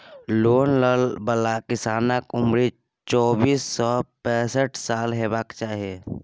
loan लय बला किसानक उमरि चौबीस सँ पैसठ साल हेबाक चाही